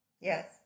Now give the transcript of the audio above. yes